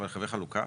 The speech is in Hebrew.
אבל קווי חלוקה?